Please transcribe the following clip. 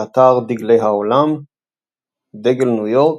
באתר דגלי העולם דגל ניו יורק,